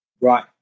Right